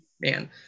Man